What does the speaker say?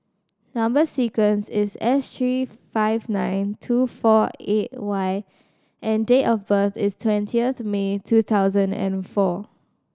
number sequence is S seven three five nine two four eight Y and date of birth is twentieth May two thousand and four